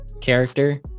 character